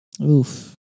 Oof